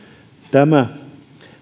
tämä